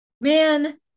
Man